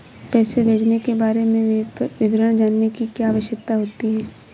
पैसे भेजने के बारे में विवरण जानने की क्या आवश्यकता होती है?